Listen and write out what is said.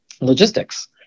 logistics